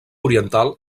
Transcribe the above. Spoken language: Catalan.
oriental